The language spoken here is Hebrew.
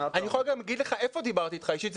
אני יכול גם להגיד לך איפה דיברתי איתך אישית.